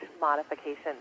modification